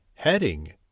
Heading